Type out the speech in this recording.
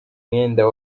mwenda